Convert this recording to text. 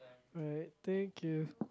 right thank you